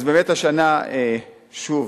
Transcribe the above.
אז באמת השנה, שוב,